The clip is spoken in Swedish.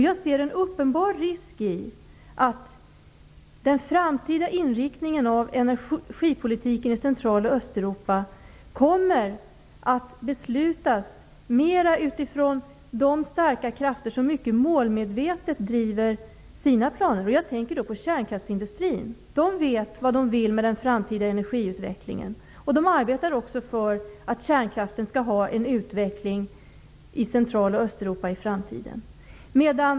Jag ser en uppenbar risk för att den framtida inriktningen av energipolitiken i Central och Östeuropa kommer att beslutas mera av de starka krafter som mycket målmedvetet driver sina planer. Jag tänker på kärnkraftsindustrierna. De vet vad de vill med den framtida energiutvecklingen, och de arbetar för att kärnkraften skall utvecklas i Centraloch Östeuropa i framtiden.